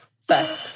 first